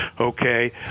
okay